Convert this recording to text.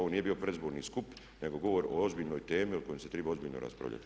Ovo nije bio predizborni skup nego govor o ozbiljnoj temi o kojoj se treba ozbiljno raspravljati.